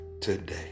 today